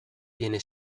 viene